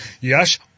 yes